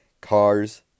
cars